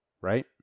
right